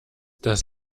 das